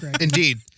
Indeed